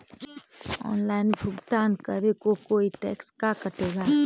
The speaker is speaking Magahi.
ऑनलाइन भुगतान करे को कोई टैक्स का कटेगा?